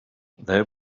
they